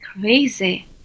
Crazy